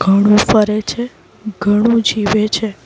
ઘણું ફરે છે ઘણું જીવે છે